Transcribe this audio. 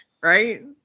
Right